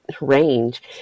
range